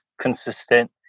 consistent